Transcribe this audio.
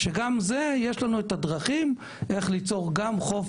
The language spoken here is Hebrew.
גם בזה יש לנו דרכים ליצור חוף